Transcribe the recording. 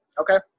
Okay